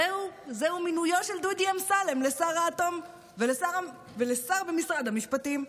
הרי זהו מינויו של דודי אמסלם לשר האטום ולשר במשרד המשפטים.